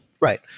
Right